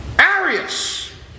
Arius